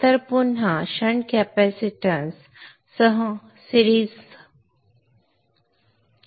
नंतर पुन्हा shunt capacitance सह मालिकेत